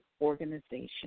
organization